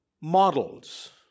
models